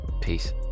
Peace